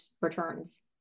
returns